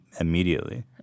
immediately